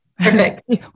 Perfect